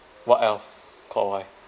what else Kok Wai